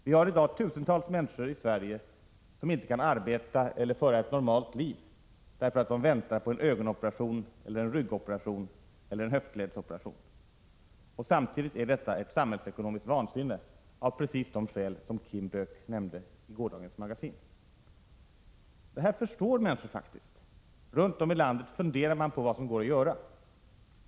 Det finns i dag tusentals människor i Sverige som inte kan arbeta eller föra ett normalt liv därför att de väntar på en ögonoperation, en ryggoperation eller en höftledsoperation. Och samtidigt är detta ett samhällsekonomiskt vansinne av precis de skäl som Kim Böök nämnde i gårdagens Magasin. Det här förstår människor faktiskt. Runt om i landet funderar man på vad som går att göra.